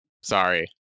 Sorry